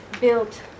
built